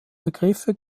begriffe